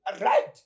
Right